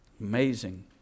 Amazing